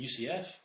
UCF